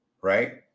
Right